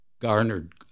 garnered